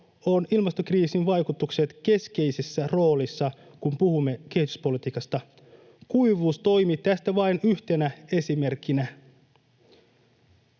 ovat ilmastokriisin vaikutukset keskeisessä roolissa, kun puhumme kehityspolitiikasta. Kuivuus toimii tästä vain yhtenä esimerkkinä.